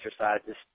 exercises